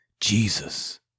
Jesus